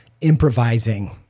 improvising